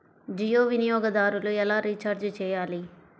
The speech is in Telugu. జియో వినియోగదారులు ఎలా రీఛార్జ్ చేయాలి?